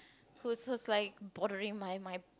who's who's like bothering my my